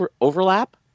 overlap